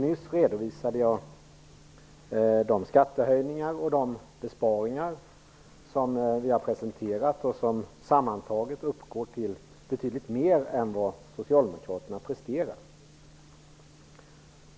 Nyss redovisade jag de skattehöjningar och besparingar som vi har presenterat och som sammantaget uppgår till betydligt mer än vad Socialdemokraterna har presterat.